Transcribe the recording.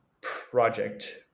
project